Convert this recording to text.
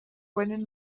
pueden